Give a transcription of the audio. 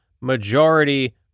majority